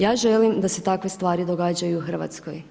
Ja želim da se takve stvari događaju u Hrvatskoj.